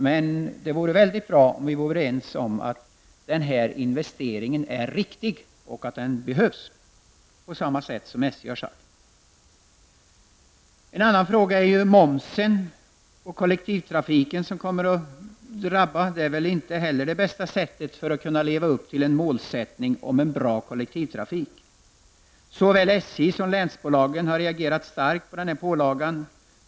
Det skulle vara mycket bra om vi kom överens om att denna investering är riktig och att den behövs, på samma sätt som SJ har sagt. Den moms som kollektivtrafiken kommer att drabbas av utgör väl inte heller bästa sättet att leva upp till målsättningen om en bra kollektivtrafik. Såväl SJ som länsbolagen har reagerat starkt mot denna pålaga.